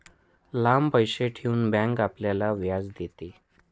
लांब पैसे ठेवून बँक आपल्याला व्याज देते